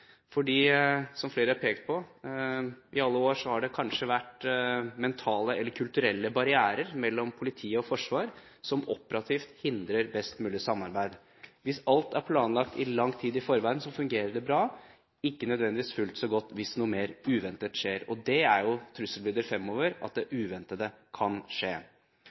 som flere har pekt på, i alle år har det kanskje vært mentale eller kulturelle barrierer mellom politi og forsvar som operativt hindrer best mulig samarbeid. Hvis alt er planlagt i lang tid i forveien, fungerer det bra – ikke nødvendigvis fullt så godt hvis noe mer uventet skjer. Det er jo trusselbildet fremover, at det uventede kan skje.